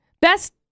best